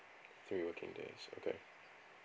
three working days okay